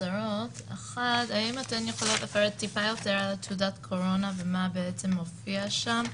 אחד האם אתן יכולות לפרט טיפה יותר על תעודת הקורונה ומה בעצם מופיע שם?